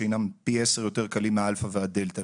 שהינם פי עשרה יותר קלים מהאלפא והדלתא,